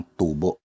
tubo